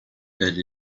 elle